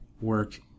work